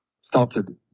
started